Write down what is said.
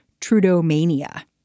Trudeau-mania